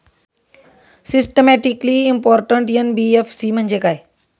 Systematically important NBFC म्हणजे काय?